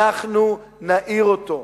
אנחנו נעיר אותו.